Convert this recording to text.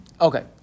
Okay